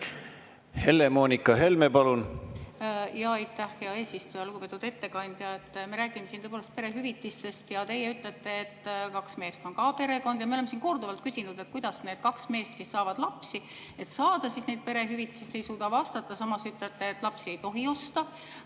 Helle-Moonika Helme, palun! Aitäh, hea eesistuja! Lugupeetud ettekandja! Me räägime siin tõepoolest perehüvitistest ja teie ütlete, et kaks meest on ka perekond. Me oleme siin korduvalt küsinud, kuidas need kaks meest saavad lapsi, et saada neid perehüvitisi. Te ei suuda vastata. Samas ütlete, et lapsi ei tohi osta.